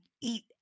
eat